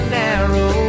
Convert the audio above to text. narrow